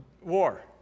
war